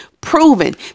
proven